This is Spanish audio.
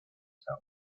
san